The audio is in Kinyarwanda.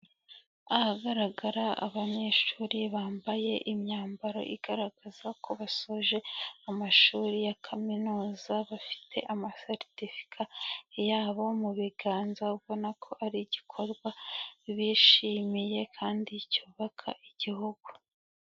Ahagaragara abanyeshuri bambaye imyambaro igaragaza ko basoje amashuri ya kaminuza bafite amaseritifika yabo mu biganza ubona ko ari igikorwa bishimiye kandi cyubaka igihugu.